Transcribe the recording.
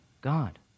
God